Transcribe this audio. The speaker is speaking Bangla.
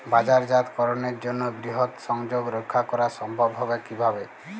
বাজারজাতকরণের জন্য বৃহৎ সংযোগ রক্ষা করা সম্ভব হবে কিভাবে?